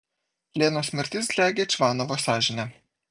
lenos mirtis slegia čvanovo sąžinę